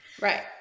Right